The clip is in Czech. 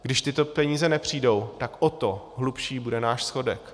Když tyto peníze nepřijdou, tak o to hlubší bude náš schodek.